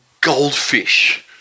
goldfish